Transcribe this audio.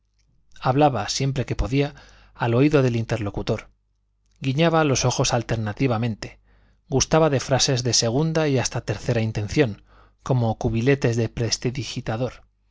hablaba siempre que podía al oído del interlocutor guiñaba los ojos alternativamente gustaba de frases de segunda y hasta tercera intención como cubiletes de prestidigitador